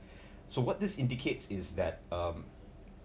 so what this indicates is that um